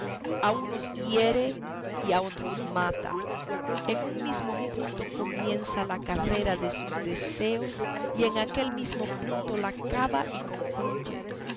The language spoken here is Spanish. a unos hiere y a otros mata en un mesmo punto comienza la carrera de sus deseos y en aquel mesmo punto la acaba y concluye